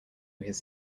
his